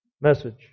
message